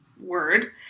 word